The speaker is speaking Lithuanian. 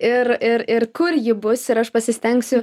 ir ir ir kur ji bus ir aš pasistengsiu